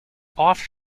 off